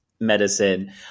medicine